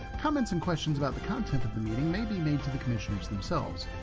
comments and questions about the content of the meeting may be made to the commissioners themselves.